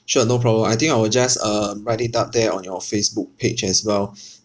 sure no problem I think I will just um write it up there on your facebook page as well